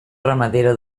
ramadera